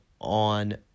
on